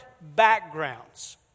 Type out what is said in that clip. backgrounds